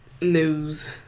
news